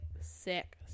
sick